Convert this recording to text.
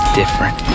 different